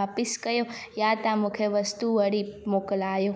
वापसि कयो या तव्हां मूंखे वस्तु वड़ी मोकिलायो